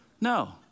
No